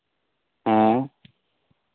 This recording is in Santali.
ᱦᱮᱸ